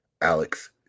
alex